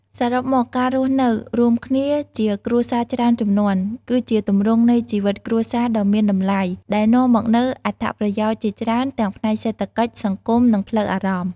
សរុបមក ការរស់នៅរួមគ្នាជាគ្រួសារច្រើនជំនាន់ គឺជាទម្រង់នៃជីវិតគ្រួសារដ៏មានតម្លៃ ដែលនាំមកនូវអត្ថប្រយោជន៍ជាច្រើនទាំងផ្នែកសេដ្ឋកិច្ច សង្គម និងផ្លូវអារម្មណ៍។